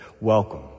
welcome